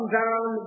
down